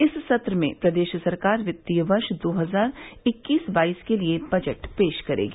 इस सत्र में प्रदेश सरकार वित्तीय वर्ष दो हजार इक्कीस बाईस के लिये बजट पेश करेगी